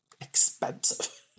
expensive